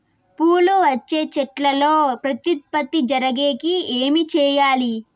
పూలు వచ్చే చెట్లల్లో ప్రత్యుత్పత్తి జరిగేకి ఏమి చేయాలి?